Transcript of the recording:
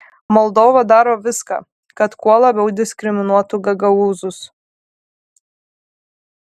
moldova daro viską kad kuo labiau diskriminuotų gagaūzus